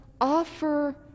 offer